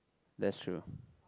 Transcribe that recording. that's true